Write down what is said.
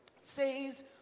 says